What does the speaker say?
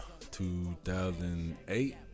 2008